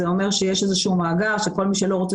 זה אומר שיש איזשהו מאגר שכל מי שלא רוצה